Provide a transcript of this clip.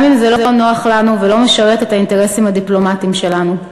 אם זה לא נוח לנו ולא משרת את האינטרסים הדיפלומטיים שלנו.